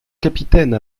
capitaine